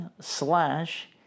slash